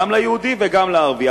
גם ליהודי וגם לערבי.